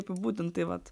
apibūdint tai vat